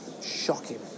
shocking